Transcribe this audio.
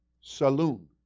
saloon